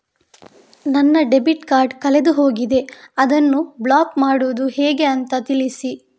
ನನ್ನ debit card ಕಳೆದು ಹೋಗಿದೆ, ಅದನ್ನು ಬ್ಲಾಕ್ ಮಾಡುವುದು ಹೇಗೆ ಅಂತ ತಿಳಿಸಿ?